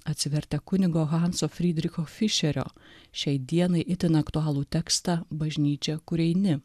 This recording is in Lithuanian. atsivertę kunigo hanso frydricho fišerio šiai dienai itin aktualų tekstą bažnyčia kur eini